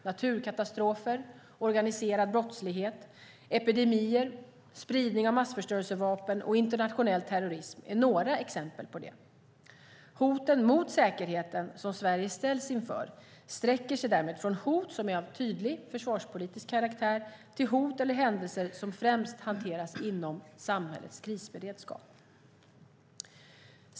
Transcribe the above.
Naturkatastrofer, organiserad brottslighet, epidemier, spridning av massförstörelsevapen och internationell terrorism är några exempel på dem. Hoten mot säkerheten som Sverige ställs inför sträcker sig därmed från hot som är av tydlig försvarspolitisk karaktär, till hot eller händelser som främst hanteras inom samhällets krisberedskap.